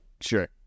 Sure